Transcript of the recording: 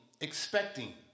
expecting